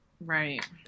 Right